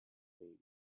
baby